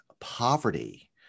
poverty